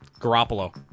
Garoppolo